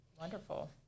Wonderful